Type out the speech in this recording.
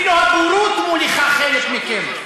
אפילו הבורות מוליכה חלק מכם.